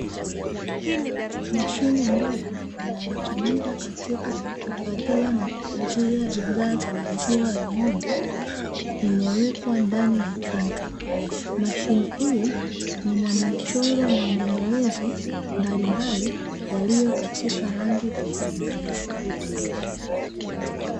Mashine ndogo inayotumika katika kuhifadhia na kuuzia bidhaa za maziwa ya ng'ombe imewekwa ndani ya chumba, mashine hiyo ina michoro na maelezo mbalimbali, yaliyo katika rangi tofauti tofauti.